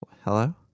Hello